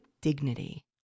dignity